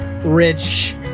rich